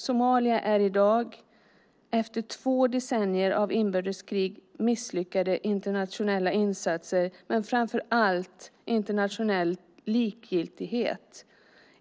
Somalia är i dag, efter två decennier av inbördeskrig, misslyckade internationella insatser men framför allt internationell likgiltighet